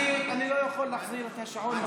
אני לא יכול להחזיר את השעון,